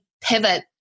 pivot